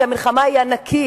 כי המלחמה היא ענקית,